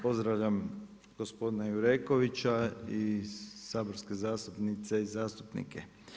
Pozdravljam gospodina Jurekovića i saborske zastupnice i zastupnice.